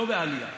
לא בעלייה,